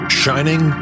shining